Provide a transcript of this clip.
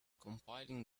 compiling